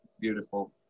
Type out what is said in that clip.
beautiful